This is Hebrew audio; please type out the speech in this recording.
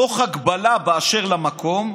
"תוך הגבלות באשר למקום,